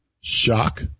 shock